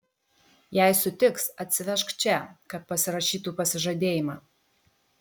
jei sutiks atsivežk čia kad pasirašytų pasižadėjimą